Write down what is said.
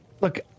look